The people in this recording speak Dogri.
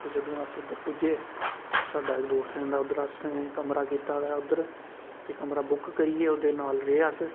जदूं अस उद्धर पुज्जे साढ़ा इक दोस्त रैहंदा उद्धर असें कमरा कीता दा उद्धर ते कमरा बुक करियै ते ओह्दे नाल रेह् अस